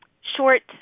short